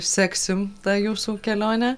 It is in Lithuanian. seksim tą jūsų kelionę